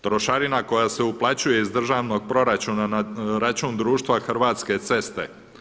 Trošarina koja se isplaćuje iz državnog proračuna na račun društva Hrvatske ceste.